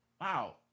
wow